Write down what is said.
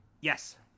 Yes